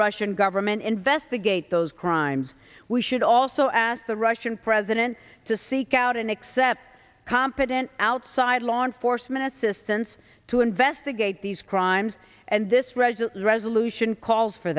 russian government investigate those crimes we should also ask the russian president to seek out an except competent outside law enforcement assistance to investigate these crimes and this resolutely resolution calls for